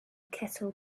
kettle